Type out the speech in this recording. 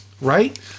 Right